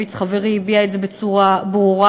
הורוביץ חברי הביע את זה בצורה ברורה,